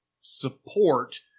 support